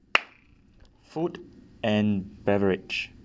food and beverage